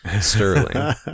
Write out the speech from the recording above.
Sterling